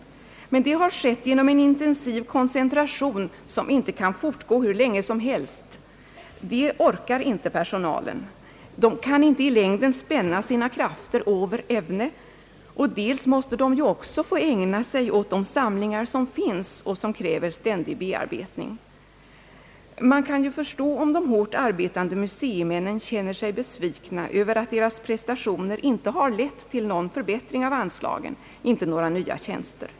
Men det har skett genom en intensiv koncentration som inte kan fortgå hur länge som helst — personalen orkar inte, kan inte i längden spänna sina krafter over evne. Den måste ju också få ägna sig åt de samlingar som finns och som kräver ständig bearbetning. Man kan förstå om de hårt arbetande museimännen känner sig besvikna över att deras prestationer inte lett till någon förbättring av anslagen och inte till några nya tjänster.